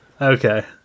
okay